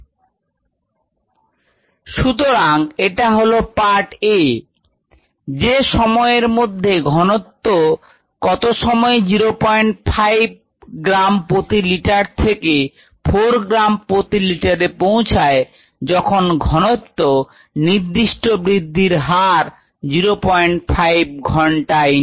105ln 4052060t449 hours2693 minutes সুতরাংএটা হল part a যে সময়ের মধ্যে ঘনত্ত কত সময়ে 05 গ্রাম প্রতি লিটার থেকে 4 গ্রাম প্রতি লিটারে পৌছায় যখন নির্দিস্ট growth rate ছিল 05 ঘন্টা inverse